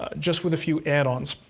ah just with a few add-ons.